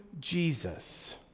Jesus